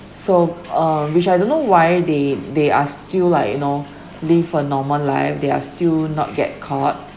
so err which I don't know why they they are still like you know live a normal life they are still not get caught